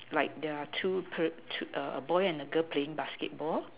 like there are two a boy and a girl playing basketball